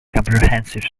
comprehensive